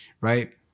right